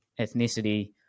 ethnicity